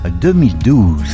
2012